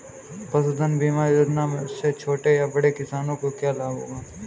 पशुधन बीमा योजना से छोटे या बड़े किसानों को क्या लाभ होगा?